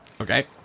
Okay